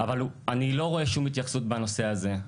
אבל אני לא רואה שום התייחסות בנושא הזה.